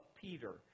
Peter